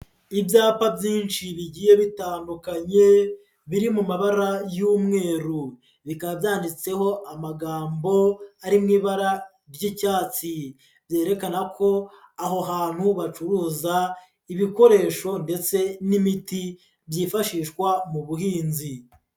Ibyapa byinshi bigiye bitandukanye biri mu mabara y'umweru bikaba byanditseho amagambo ari mui ibara ry'icyatsi byerekana ko aho hantu bacuruza ibikoresho ndetse n'imiti byifashishwa mu buhinzi.